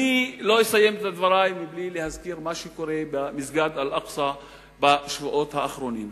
לא אסיים את דברי בלי להזכיר מה שקורה במסגד אל-אקצא בשבועות האחרונים.